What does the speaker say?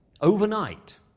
overnight